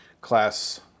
class